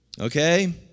Okay